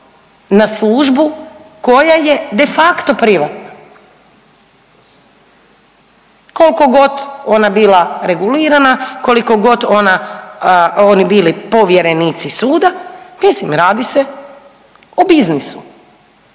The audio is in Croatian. na službu koja je de facto privatna. Koliko god ona bila regulirana, koliko god oni bili povjerenici suda mislim radi se o biznisu.